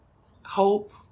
hope